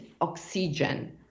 oxygen